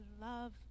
love